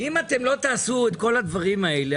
אם לא תעשו את כל הדברים האלה,